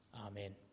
Amen